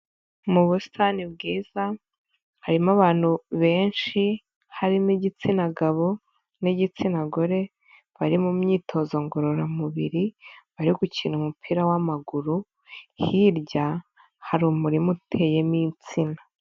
Mu busitani bwiza, harimo abantu benshi, harimo igitsina gabo n'igitsina gore, bari mu myitozo ngororamubiri, bari gukina umupira w'amaguru, hirya hari umurima uteyemo insina.